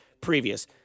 previous